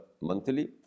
monthly